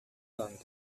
london